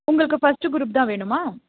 உங்களுக்கு ஃபர்ஸ்ட்டு குரூப்புதான் வேணுமா